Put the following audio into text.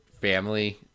family